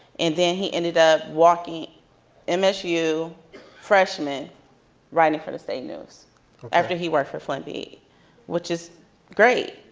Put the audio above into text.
and then he ended up walking and msu freshman writing for the state news after he worked for flint beat which is great,